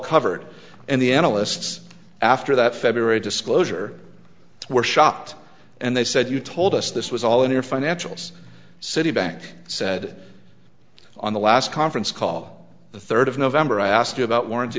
covered and the analysts after that february disclosure were shocked and they said you told us this was all in your financials citi bank said on the last in scaw the third of november i asked you about warr